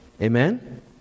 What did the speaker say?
amen